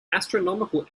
astronomical